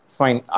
fine